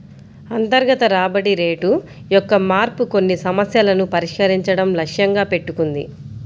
అంతర్గత రాబడి రేటు యొక్క మార్పు కొన్ని సమస్యలను పరిష్కరించడం లక్ష్యంగా పెట్టుకుంది